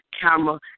camera